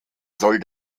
soll